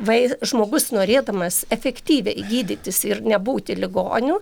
vai žmogus norėdamas efektyviai gydytis ir nebūti ligoniu